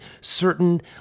certain